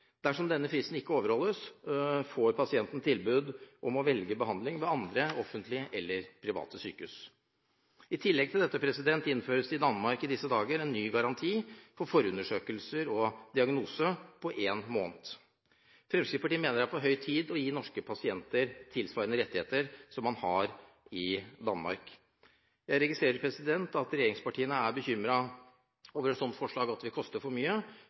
Dersom denne fristen ikke overholdes, får pasientene tilbud om å velge behandling ved andre offentlige eller private sykehus. I tillegg til dette innføres det i Danmark i disse dager en ny garanti for forundersøkelser og diagnostisering på en måned. Fremskrittspartiet mener det er på høy tid å gi norske pasienter tilsvarende rettigheter som man har i Danmark. Jeg registrerer at regjeringspartiene er bekymret over et slikt forslag og mener at det vil koste for mye.